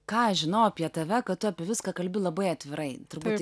ką aš žinau apie tave kad tu apie viską kalbi labai atvirai turbūt